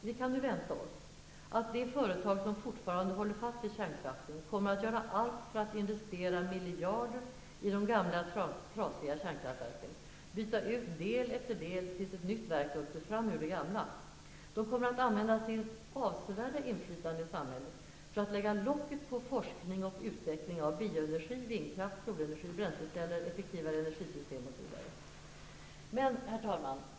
Vi kan nu vänta oss att de företag som fortfarande håller fast vid kärnkraften kommer att göra allt för att investera miljarder i de gamla trasiga kärnkraftverken och byta ut del efter del tills ett nytt verk vuxit fram ur det gamla. De kommer att använda sitt avsevärda inflytande i samhället för att lägga locket på forskning och utveckling av bioenergi, vindkraft, solenergi, bränsleceller, effektivare energisystem osv. Herr talman!